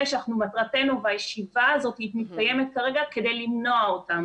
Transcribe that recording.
שמטרתנו בישיבה הזאת שמתקיימת כרגע למנוע אותם.